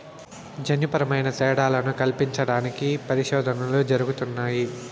జన్యుపరమైన తేడాలను కల్పించడానికి పరిశోధనలు జరుగుతున్నాయి